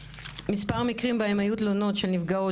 מספר מקרים בהם היו תלונות של נפגעות